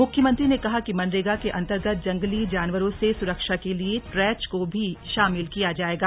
मुख्यमंत्री ने कहा कि मनरेगा के अंतर्गत जंगली जानवरों से सुरक्षा के लिए ट्रेंच को भी शामिल किया जाएगा